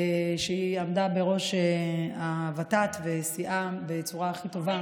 שעמדה בראש הוות"ת וסייעה בצורה הכי טובה,